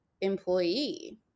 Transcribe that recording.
employee